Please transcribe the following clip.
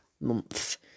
month